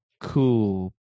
cool